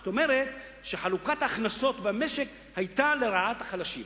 זאת אומרת שחלוקת ההכנסות במשק היתה לרעת החלשים.